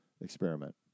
experiment